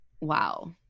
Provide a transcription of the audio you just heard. Wow